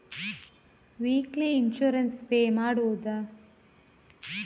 Weekly insurance pay ಮಾಡುವುದ?